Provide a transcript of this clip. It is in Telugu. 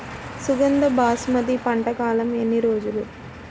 సుగంధ బాసుమతి పంట కాలం ఎన్ని రోజులు?